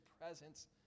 presence